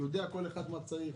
יודע כל אחד מה הוא צריך,